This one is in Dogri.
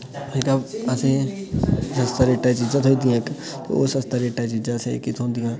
नी तां असें सस्ते रेटै चीजां थ्होई जंदियां इक ते ओह् सस्ते रेटै चीजां असें जेह्की थ्होदियां